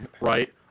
Right